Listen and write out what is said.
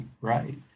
right